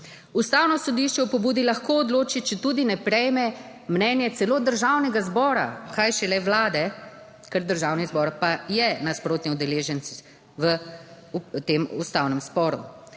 Ustavno sodišče o pobudi lahko odloči, četudi ne prejme mnenje celo Državnega zbora, kaj šele vlade, ker Državni zbor pa je nasprotni udeleženec v tem ustavnem sporu.